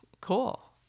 cool